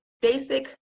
basic